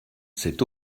s’est